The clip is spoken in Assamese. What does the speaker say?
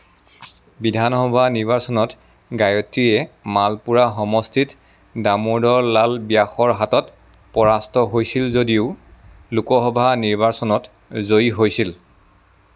বিধানসভা নিৰ্বাচনত গায়ত্ৰীয়ে মালপুৰা সমষ্টিত দামোদৰ লাল ব্যাসৰ হাতত পৰাস্ত হৈছিল যদিও লোকসভা নিৰ্বাচনত জয়ী হৈছিল